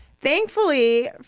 Thankfully